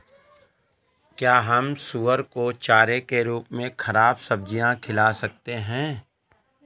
क्या हम सुअर को चारे के रूप में ख़राब सब्जियां खिला सकते हैं?